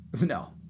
No